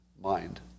mind